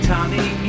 Tommy